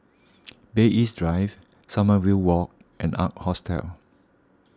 Bay East Drive Sommerville Walk and Ark Hostel